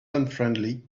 unfriendly